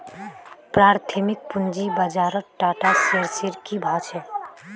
प्राथमिक पूंजी बाजारत टाटा शेयर्सेर की भाव छ